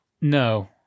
no